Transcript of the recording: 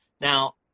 Now